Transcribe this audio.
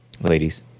ladies